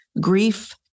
Grief